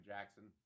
Jackson